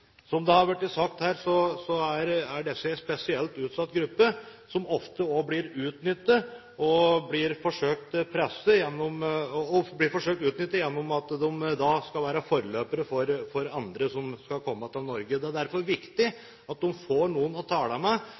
Som det har blitt sagt her, er dette en spesielt utsatt gruppe som ofte blir forsøkt utnyttet ved at de skal være forløpere for andre som ønsker å komme til Norge. Det er derfor viktig at de får noen å snakke med som kan være uavhengige, og som kan tale